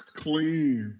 clean